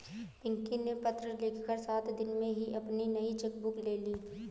पिंकी ने पत्र लिखकर सात दिन में ही अपनी नयी चेक बुक ले ली